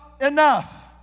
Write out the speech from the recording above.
enough